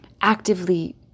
actively